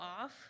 off